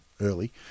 early